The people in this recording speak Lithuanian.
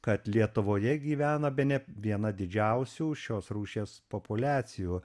kad lietuvoje gyvena bene viena didžiausių šios rūšies populiacijų